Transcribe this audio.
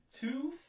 two